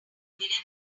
avoided